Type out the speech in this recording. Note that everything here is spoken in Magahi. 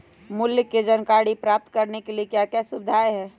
मूल्य के जानकारी प्राप्त करने के लिए क्या क्या सुविधाएं है?